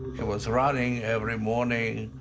he was running every morning.